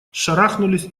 шарахнулись